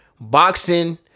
boxing